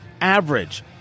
average